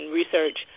research